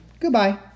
Goodbye